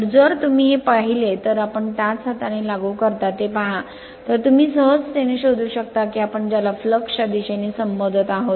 तर जर तुम्ही हे पाहिले तर आपण त्याच हाताने लागू करता ते पहा तर तुम्ही सहजतेने शोधू शकता की आपण ज्याला फ्लक्स च्या दिशेने संबोधत आहात